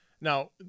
Now